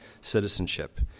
citizenship